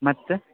ಮತ್ತೆ